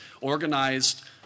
organized